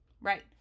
Right